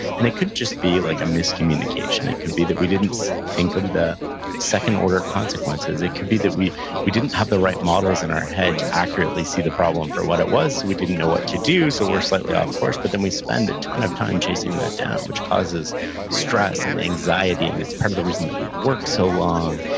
and it could just be like a miscommunication it could be that we didn't think of the second order of consequences. it could be that we we didn't have the right models in our head to accurately see the problem for what it was, so we didn't know what to do, so we're slightly off course, but then we spend a ton of time chasing that down, which causes stress and anxiety, and it's part of the reason that we work so long,